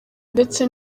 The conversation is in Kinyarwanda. ndetse